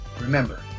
remember